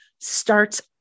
starts